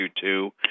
two